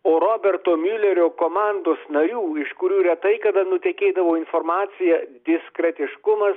o roberto miulerio komandos narių iš kurių retai kada nutekėdavo informacija diskretiškumas